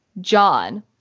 John